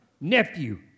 Nephew